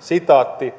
sitaatin